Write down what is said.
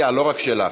של הסיעה, לא רק שלך?